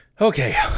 okay